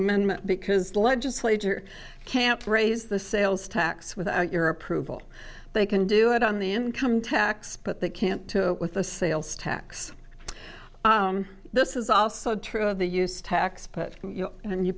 amendment because legislature can't raise the sales tax without your approval they can do it on the income tax but they can't to it with the sales tax this is also true of the use tax but you know and you